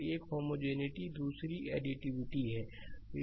तो एक होमोजेनििटी है दूसरी एडिटिविटी है